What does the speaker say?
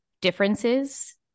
differences